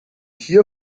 hier